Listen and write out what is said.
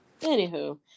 Anywho